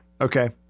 Okay